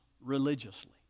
religiously